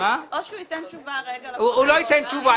או הוא ייתן תשובה- - הוא לא ייתן תשובה.